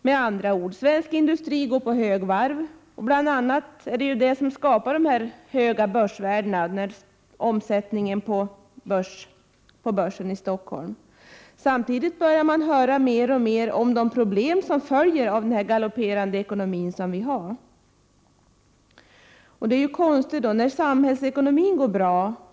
Svensk industri går med andra ord på högvarv, och det är bl.a. det som skapar dessa otroliga börsvärden. Samtidigt börjar det höras mer och mer om de problem som följer av denna galopperande ekonomi.